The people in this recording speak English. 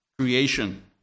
creation